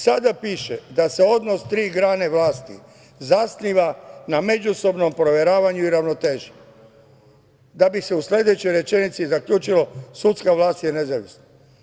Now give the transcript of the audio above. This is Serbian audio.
Sada piše da se odnos tri grane vlasti zasniva na međusobnom proveravanju i ravnoteži, da bi se u sledećoj rečenici zaključilo – sudska vlast je nezavisna.